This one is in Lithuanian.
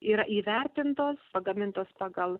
yra įvertintos pagamintos pagal